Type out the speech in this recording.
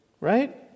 Right